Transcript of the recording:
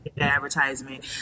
advertisement